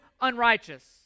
unrighteous